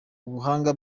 ubuhanga